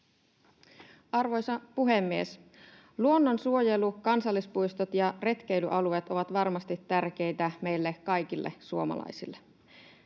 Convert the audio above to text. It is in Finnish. Arvoisa puhemies! Luonnonsuojelu, kansallispuistot ja retkeilyalueet ovat varmasti tärkeitä meille kaikille suomalaisille.